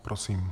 Prosím.